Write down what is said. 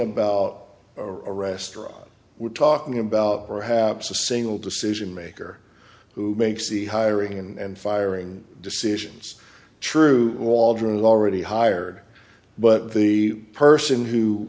about a restaurant we're talking about perhaps a single decision maker who makes the hiring and firing decisions true waldron already hired but the person who